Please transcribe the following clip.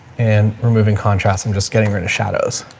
and we're moving contrast. i'm just getting rid of shadows.